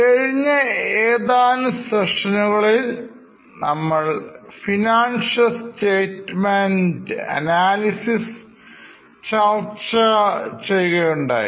കഴിഞ്ഞ ഏതാനും Session കളിൽനമ്മൾfinancial statement analysis ചർച്ച നടക്കുകയുണ്ടായി